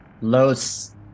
Los